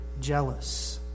jealous